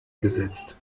gesetzt